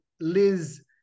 Liz